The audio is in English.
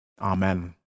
Amen